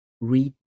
read